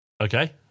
Okay